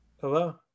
Hello